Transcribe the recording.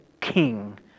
King